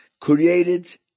created